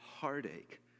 heartache